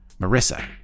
Marissa